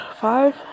five